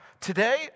Today